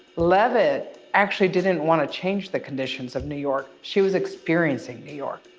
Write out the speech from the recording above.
levitt, actually didn't wanna change the conditions of new york. she was experiencing new york.